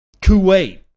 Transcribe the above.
kuwait